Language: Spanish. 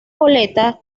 goleta